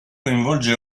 coinvolge